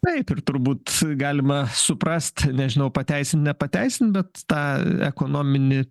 taip ir turbūt galima suprast nežinau pateisint nepateisint bet tą ekonominį